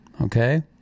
okay